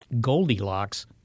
Goldilocks